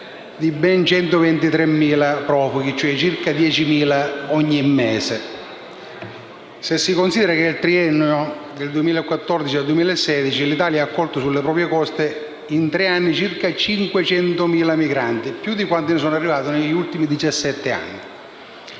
di ben 123.000 profughi, cioè circa 10.000 ogni mese. Solo nel triennio 2014-2016 l'Italia ha accolto sulle proprie coste circa 500.000 migranti, più di quanti ne sono arrivati negli ultimi